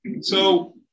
So-